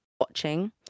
watching